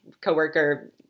coworker